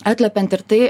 atliepiant ir tai